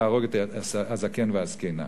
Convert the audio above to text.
להרוג את הזקן והזקנה.